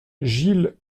gilles